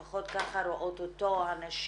לפחות כך רואות אותו הנשים,